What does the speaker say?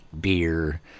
beer